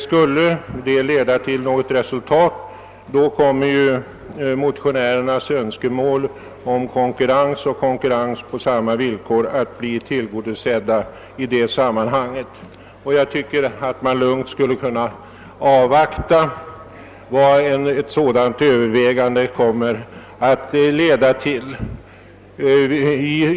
Skulle det bli så kommer ju motionärernas önskemål om konkurrens och konkurrens på lika villkor att kunna bli tillgodosedda i det sammanhanget. Jag tycker att man lugnt kan avvakta vad ett sådant övervägande kommer att leda till.